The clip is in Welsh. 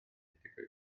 digwyddiad